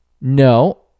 no